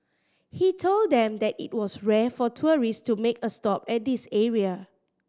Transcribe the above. he told them that it was rare for tourists to make a stop at this area